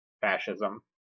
fascism